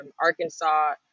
Arkansas